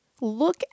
Look